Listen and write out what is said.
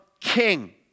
king